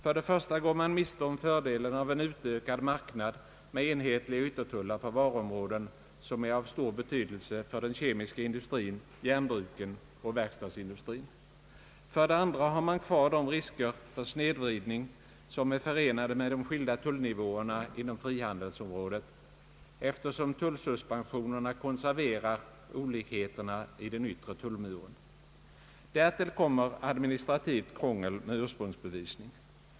För det första går man miste om fördelen av en utökad marknad med enhetliga yttertullar på varuområden, som är av stor betydelse för den kemiska industrin, järnbruken och verkstadsindustrin. För det andra har man kvar de risker för snedvridning som är förenade med de skilda tullnivåerna inom frihandelsområdet, eftersom tullsuspensionerna konserverar olikheterna i den yttre tullmuren. Därtill kommer administrativt krångel med ursprungsbevisning.